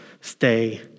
stay